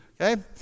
Okay